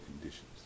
conditions